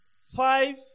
Five